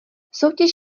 soutěž